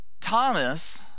Thomas